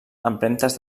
empremtes